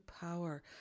power